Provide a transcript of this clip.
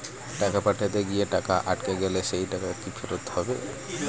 টাকা পাঠাতে গিয়ে টাকা আটকে গেলে সেই টাকা কি ফেরত হবে?